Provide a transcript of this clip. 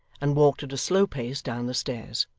and walked at a slow pace down the stairs.